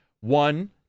one